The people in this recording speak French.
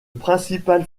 principal